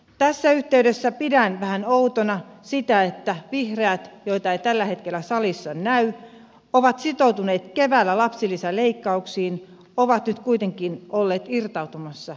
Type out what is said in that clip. tässä yhteydessä pidän vähän outona sitä että vihreät joita ei tällä hetkellä salissa näy ja jotka ovat sitoutuneet keväällä lapsilisäleikkauksiin ovat nyt kuitenkin olleet irtautumassa niistä